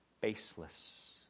baseless